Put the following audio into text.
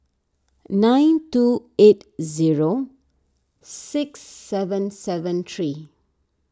nine two eight zero six seven seven three